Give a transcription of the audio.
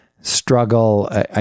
Struggle